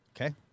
Okay